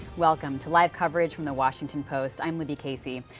welcome to live coverage from the washington post. i um libby casey.